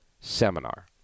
seminar